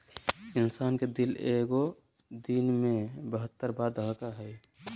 इंसान के दिल एगो दिन मे बहत्तर बार धरकय हइ